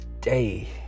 day